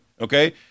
okay